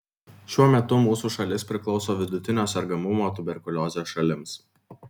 šiuo metu mūsų šalis priklauso vidutinio sergamumo tuberkulioze šalims